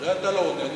על זה אתה לא עונה.